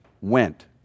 went